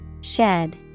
shed